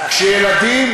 כשילדים,